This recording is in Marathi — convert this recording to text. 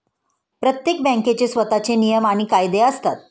प्रत्येक बँकेचे स्वतःचे नियम आणि कायदे असतात